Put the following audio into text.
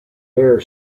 hair